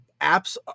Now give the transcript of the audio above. apps